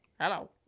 Hello